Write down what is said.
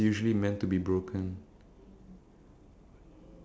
I mean they can always like uh put it on someone's head